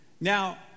Now